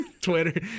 Twitter